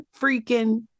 freaking